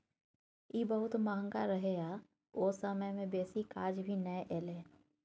ई बहुत महंगा रहे आ ओ समय में बेसी काज भी नै एले